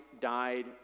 died